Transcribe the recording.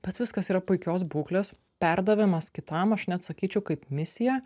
bet viskas yra puikios būklės perdavimas kitam aš net sakyčiau kaip misija